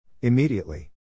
Immediately